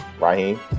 Raheem